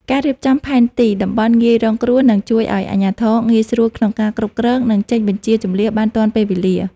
ការរៀបចំផែនទីតំបន់ងាយរងគ្រោះនឹងជួយឱ្យអាជ្ញាធរងាយស្រួលក្នុងការគ្រប់គ្រង និងចេញបញ្ជាជម្លៀសបានទាន់ពេលវេលា។